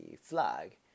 flag